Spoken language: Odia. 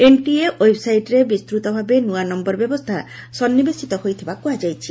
ଏନ୍ଟିଏ ଓ୍ୱେବ୍ସାଇଟ୍ରେ ବିସ୍ତୃତ ଭାବେ ନୂଆ ନୟର ବ୍ୟବସ୍ରା ସନ୍ନିବେଶିତ ହୋଇଥିବା କୁହାଯାଇଛି